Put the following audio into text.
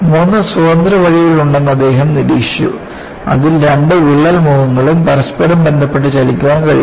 മൂന്ന് സ്വതന്ത്ര വഴികളുണ്ടെന്ന് അദ്ദേഹം നിരീക്ഷിച്ചു അതിൽ രണ്ട് വിള്ളൽ മുഖങ്ങളും പരസ്പരം ബന്ധപ്പെട്ട് ചലിക്കാൻ കഴിയും